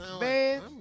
Man